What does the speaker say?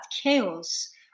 chaos